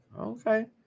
Okay